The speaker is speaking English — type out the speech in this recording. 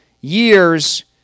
years